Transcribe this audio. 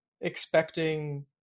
expecting